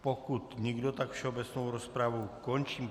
Pokud nikdo, tak všeobecnou rozpravu končím.